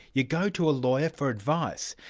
you go to a lawyer for advice.